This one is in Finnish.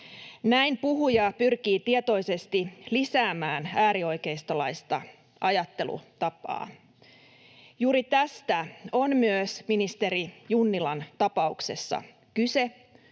Näin puhuja pyrkii tietoisesti lisäämään äärioikeistolaista ajattelutapaa. Juuri tästä on myös ministeri Junnilan tapauksessa kyse,